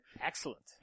Excellent